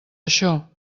això